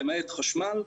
למעט חשמל,